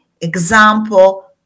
example